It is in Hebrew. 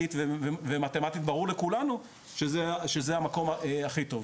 שפיזיקאלית ומתמטית ברור לכולנו שזה המקום הכי טוב,